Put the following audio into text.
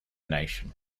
nation